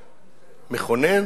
מכונן,